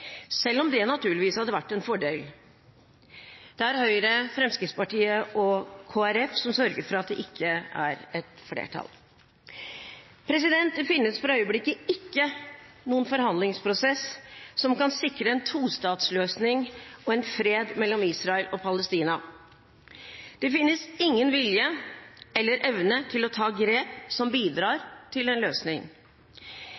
selv om det naturligvis hadde vært en fordel. Det er Høyre, Fremskrittspartiet og Kristelig Folkeparti som sørger for at det ikke er et flertall. Det finnes for øyeblikket ikke en forhandlingsprosess som kan sikre en tostatsløsning og fred mellom Israel og Palestina. Det finnes ingen vilje eller evne til å ta grep som bidrar til en løsning.